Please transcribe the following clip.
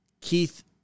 Keith